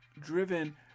driven